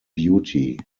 beauty